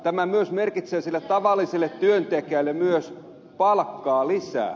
tämä myös merkitsee sille tavalliselle työntekijälle palkkaa lisää